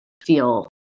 feel